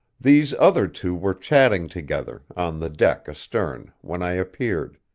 these other two were chattering together, on the deck astern, when i appeared.